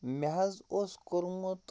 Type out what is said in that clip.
مےٚ حظ اوس کوٚرمُت